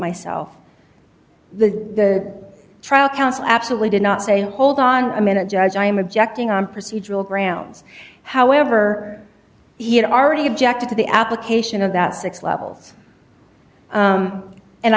myself the trial counsel absolutely did not say hold on a minute judge i'm objecting i'm procedural grounds however he had already objected to the application of that six levels